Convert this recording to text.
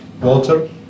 water